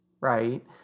right